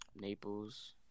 Naples